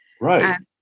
Right